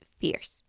fierce